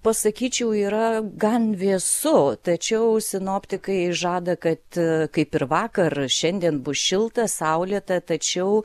pasakyčiau yra gan vėsu tačiau sinoptikai žada kad kaip ir vakar šiandien bus šilta saulėta tačiau